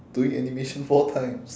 doing animation four times